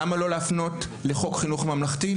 למה לא להפנות לחוק חינוך ממלכתי?